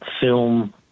film